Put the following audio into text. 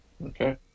Okay